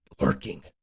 lurking